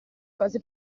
cose